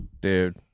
Dude